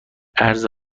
ارز